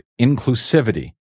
inclusivity